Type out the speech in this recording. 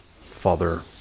Father